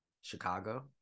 Chicago